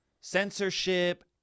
censorship